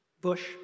bush